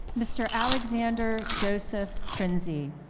mr. alexander joseph prinzi.